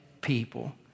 people